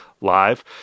live